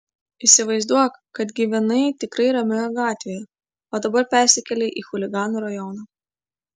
įsivaizduok kad gyvenai tikrai ramioje gatvėje o dabar persikėlei į chuliganų rajoną